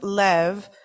lev